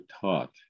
taught